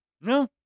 No